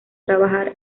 trabajar